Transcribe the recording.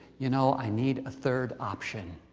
you know i need a third option.